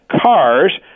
cars